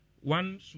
One